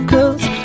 Cause